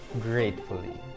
gratefully